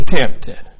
tempted